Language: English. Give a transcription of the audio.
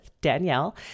Danielle